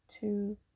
two